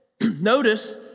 notice